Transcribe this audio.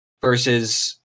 versus